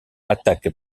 attaque